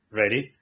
ready